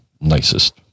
nicest